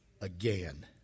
Again